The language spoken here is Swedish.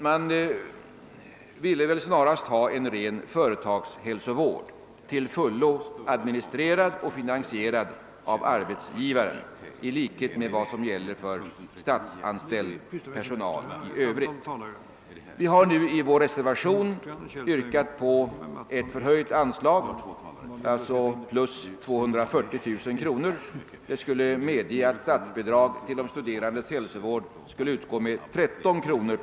Man skulle väl snarast vilja ha en ren företagshälsovård, till fulio administrerad och finansierad av arbetsgivaren, i likhet med vad som gäller för statsanställd personal. Vi har i vår reservation yrkat på ett med 240 000 kr. förhöjt anslag, vilket skulle innebära att statsbidrag till de studerandes hälsovård skulie utgå med 13 kr.